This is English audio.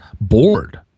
bored